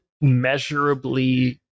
measurably